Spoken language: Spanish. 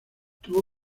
tuvo